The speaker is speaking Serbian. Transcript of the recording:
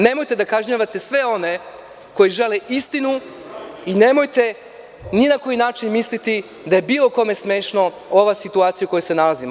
Nemojte da kažnjavate sve one koji žele istinu i nemojte ni na koji način da mislite da je bilo kome smešna ova situacija u kojoj se nalazimo.